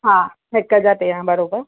हा हिकु जा तेरहां बरोबरु